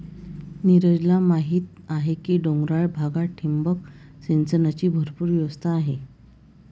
नीरजला माहीत आहे की डोंगराळ भागात ठिबक सिंचनाची भरपूर व्यवस्था आहे